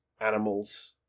animals